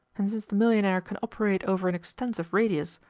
and since the millionaire can operate over an extensive radius,